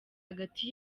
hagati